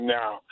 now